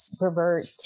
revert